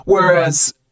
Whereas